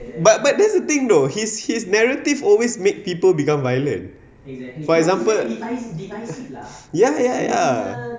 but but that's the thing though his his narrative always make people become violent for example ya ya ya